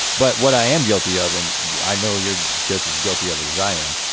but what i am guilty of, and i know you're just as guilty of it as i am,